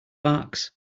barks